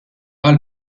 għal